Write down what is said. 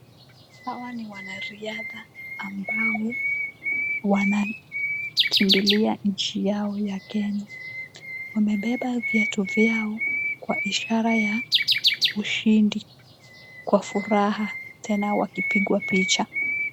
Hawa ni wanariadha ambao wanakimbilia nchi yao ya Kenya, wamebeba viatu vyao kwa ishara ya ushindi kwa furaha, tena wakipigwa picha.